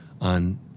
on